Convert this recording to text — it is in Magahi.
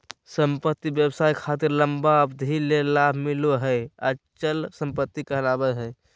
संपत्ति व्यवसाय खातिर लंबा अवधि ले लाभ मिलो हय अचल संपत्ति कहलावय हय